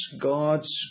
God's